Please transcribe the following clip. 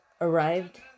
Arrived